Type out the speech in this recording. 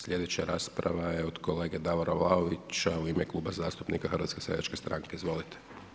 Slijedeća rasprava je od kolege Davora Vlaovića u ime Kluba zastupnika HSS-a, izvolite.